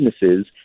businesses